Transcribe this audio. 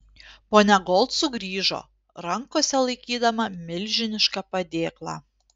ponia gold sugrįžo rankose laikydama milžinišką padėklą